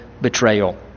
betrayal